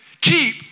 Keep